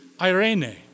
Irene